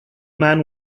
man